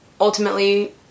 ultimately